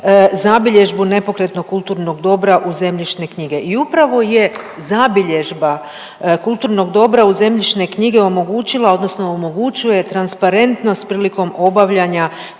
zabilježbu nepokretnog kulturnog dobra u zemljišne knjige. I upravo je zabilježba kulturnog dobra u zemljišne knjige omogućila odnosno omogućuje transparentnost prilikom obavljanja